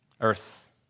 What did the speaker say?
earth